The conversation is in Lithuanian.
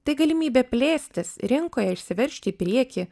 tai galimybė plėstis rinkoje išsiveržti į priekį